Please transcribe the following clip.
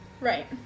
Right